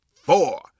four